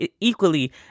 equally